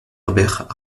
herbert